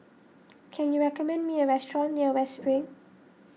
can you recommend me a restaurant near West Spring